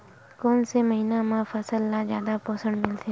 कोन से महीना म फसल ल जादा पोषण मिलथे?